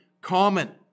common